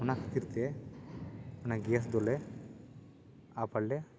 ᱚᱱᱟ ᱠᱷᱟᱹᱛᱤᱨ ᱛᱮ ᱚᱱᱟ ᱜᱮᱥ ᱫᱚᱞᱮ ᱟᱵᱟᱨ ᱞᱮ